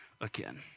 again